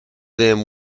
them